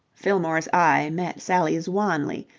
fillmore's eye met sally's wanly,